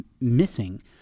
missing